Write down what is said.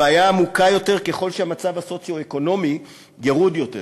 הבעיה עמוקה יותר ככל שהמצב הסוציו-אקונומי ירוד יותר.